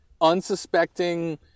unsuspecting